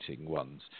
ones